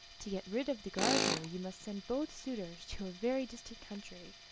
to get rid of the gardener you must send both suitors to a very distant country,